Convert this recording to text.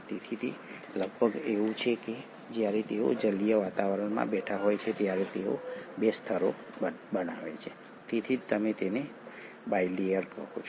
તેથી તે લગભગ એવું છે કે જ્યારે તેઓ જલીય વાતાવરણમાં બેઠા હોય છે ત્યારે તેઓ 2 સ્તરો બનાવે છે તેથી જ તમે તેને બાયલેયર કહો છો